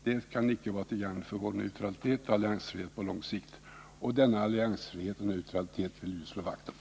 Det kan icke vara till gagn för vår neutralitet och alliansfrihet på lång sikt. Och denna alliansfrihet och neutralitet vill vi ju slå vakt om.